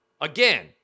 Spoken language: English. again